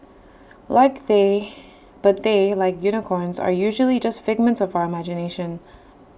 like they but they like unicorns are usually just figments of our imagination